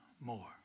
more